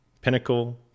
Pinnacle